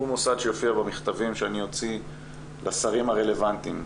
הוא מוסד שיופיע במכתבים שאני אוציא לשרים הרלוונטיים,